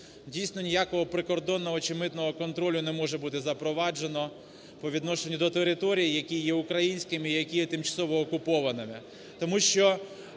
Дійсно, ніякого прикордонного чи митного контролю не може бути запроваджено по відношенню до територій, які є українськими і які є тимчасово окупованими.